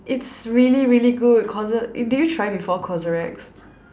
it's really really good CosRX did you try before CosRX